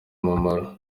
umumaro